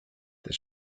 the